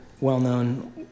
well-known